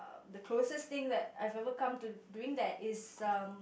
the closest thing that I have ever come to doing that is um